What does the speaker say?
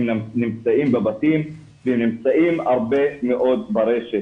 הם גם נמצאים בבתים והם נמצאים הרבה מאוד ברשת.